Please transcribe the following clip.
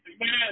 Amen